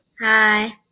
Hi